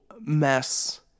mess